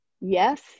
yes